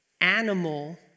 animal